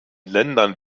ländern